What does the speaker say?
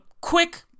quick